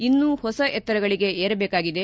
ಇನ್ನೂ ಹೊಸ ಎತ್ತರಗಳಿಗೆ ಏರಬೇಕಾಗಿದೆ